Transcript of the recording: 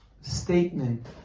statement